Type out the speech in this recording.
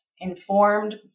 informed